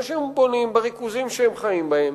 אנשים בונים בריכוזים שהם חיים בהם